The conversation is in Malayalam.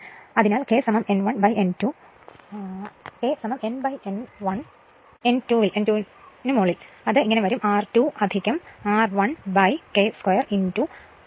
അങ്ങനെ ആണെങ്കിൽ K N N1 upon N2 ആണെങ്കിൽ അത് R2 R1 K 2 I2 ആയിരിക്കും